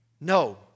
no